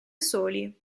soli